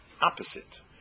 opposite